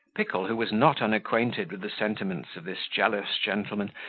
pickle, who was not unacquainted with the sentiments of this jealous gentleman,